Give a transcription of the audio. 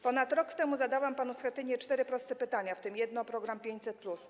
Ponad rok temu zadałam panu Schetynie cztery proste pytania, w tym jedno o program 500+.